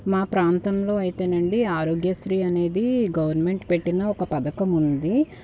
మా ప్రాంతంలో అయితే అండీ ఆరోగ్యశ్రీ అనేది గవర్నమెంట్ పెట్టిన ఒక పథకం ఉంది